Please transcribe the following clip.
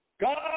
God